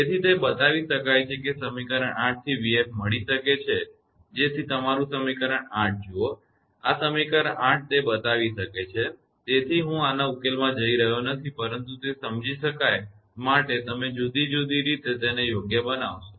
તેથી તે બતાવી શકાય છે કે સમીકરણ 8 થી 𝑣𝑓 મળી શકે છે કે જેથી તમારુ સમીકરણ 8 જુઓ આ સમીકરણ 8 તે બતાવી શકે છે તેથી હું આના ઉકેલમાં જઈ રહ્યો નથી પરંતુ તે સમજી શકાય માટે તમે જુદી રીતે તેને યોગ્ય બનાવશો